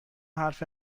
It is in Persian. حرف